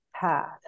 path